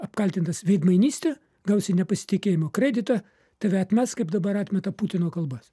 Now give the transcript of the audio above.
apkaltintas veidmainyste gausi nepasitikėjimo kreditą tave atmes kaip dabar atmeta putino kalbas